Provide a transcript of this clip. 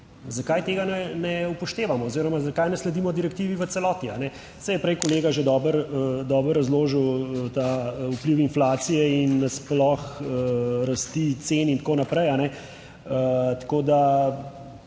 zakaj tega ne upoštevamo oziroma zakaj ne sledimo direktivi v celoti, saj je prej kolega že dobro razložil ta vpliv inflacije in nasploh rasti cen in tako naprej. Tako da